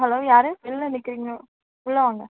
hello யார் வெளில நிற்கிறீங்க உள்ளே வாங்க